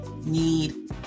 need